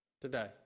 today